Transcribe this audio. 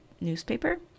newspaper